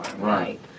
right